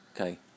okay